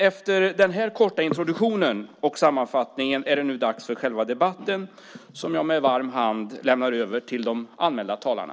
Efter denna korta introduktion och sammanfattningen är det nu dags för själva debatten som jag med varm hand lämnar över till de anmälda talarna.